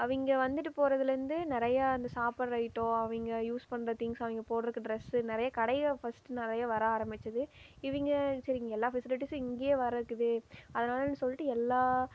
அவங்க வந்துட்டு போறதுலேருந்து நிறையா அந்த சாப்பிடுற ஐட்டோம் அவங்க யூஸ் பண்ணுற திங்க்ஸ் அவங்க போடறதுக்கு ட்ரெஸ்ஸு நெறைய கடைகள் ஃபர்ஸ்டு நிறைய வர ஆரமித்தது இவங்க சரி இங்கே எல்லா ஃபெசிலிட்டீஸும் இங்கையே வருகுதே அதனாலேன்னு சொல்லிட்டு எல்லா